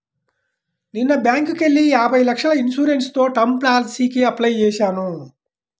నిన్న బ్యేంకుకెళ్ళి యాభై లక్షల ఇన్సూరెన్స్ తో టర్మ్ పాలసీకి అప్లై చేశాను